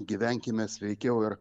gyvenkime sveikiau ir